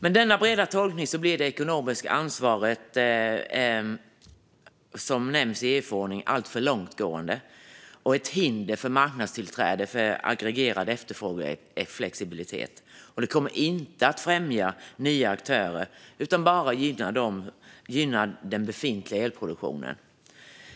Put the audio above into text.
Med denna breda tolkning blir det ekonomiska ansvar som nämns i EU-förordningen alltför långtgående och ett hinder för marknadstillträdet för aggregerad efterfrågeflexibilitet. Det kommer inte att främja nya aktörer utan bara gynna den befintliga elproduktionen.